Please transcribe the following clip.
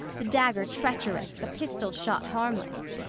the dagger treacherous, the pistol-shot harmless?